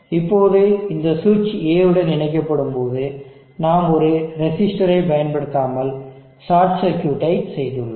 இப்போது இந்த சுவிட்ச் A உடன் இணைக்கப்படும்போது நாம் ஒரு ரெசிஸ்டர் resistorஐ பயன்படுத்தாமல் ஷார்ட் சர்க்யூட டை செய்துள்ளோம்